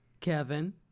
Kevin